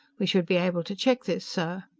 we should be able to check this, sir.